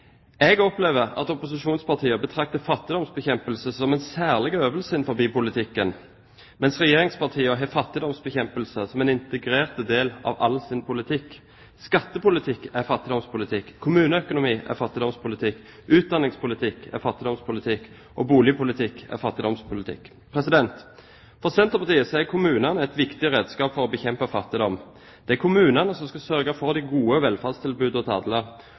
Jeg opplever at opposisjonspartiene betrakter fattigdomsbekjempelse som en særlig øvelse innenfor politikken, mens regjeringspartiene har fattigdomsbekjempelse som en integrert del av all sin politikk. Skattepolitikk er fattigdomspolitikk. Kommuneøkonomi er fattigdomspolitikk. Utdanningspolitikk er fattigdomspolitikk. Boligpolitikk er fattigdomspolitikk. For Senterpartiet er kommunene et viktig redskap for å bekjempe fattigdom. Det er kommunene som skal sørge for de gode